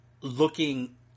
looking